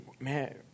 man